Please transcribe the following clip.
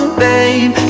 babe